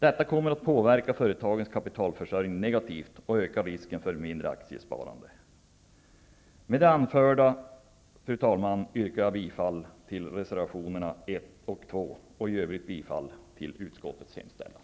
Det kommer att påverka företagens kapitalförsörjning negativt och öka risken för mindre aktiesparande. Med det anförda, fru talman, yrkar jag bifall till reservationerna 1 och 2 och i övrigt bifall till utskottets hemställan.